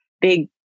big